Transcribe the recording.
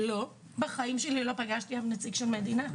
לא, בחיים שלי לא פגשתי אף נציג של המדינה.